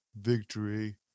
victory